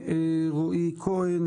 רועי כהן,